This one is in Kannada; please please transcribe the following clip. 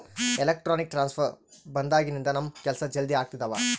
ಎಲೆಕ್ಟ್ರಾನಿಕ್ ಟ್ರಾನ್ಸ್ಫರ್ ಬಂದಾಗಿನಿಂದ ನಮ್ ಕೆಲ್ಸ ಜಲ್ದಿ ಆಗ್ತಿದವ